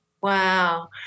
Wow